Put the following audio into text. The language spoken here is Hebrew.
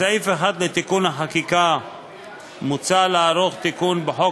בסעיף 1 לתיקון החקיקה מוצע לערוך תיקון בחוק